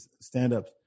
stand-up